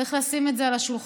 צריך לשים את זה על השולחן,